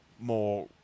more